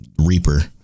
Reaper